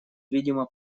видимо